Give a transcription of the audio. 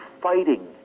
fighting